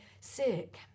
sick